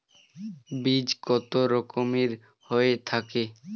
বীজ কত রকমের হয়ে থাকে?